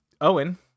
Owen